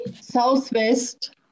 southwest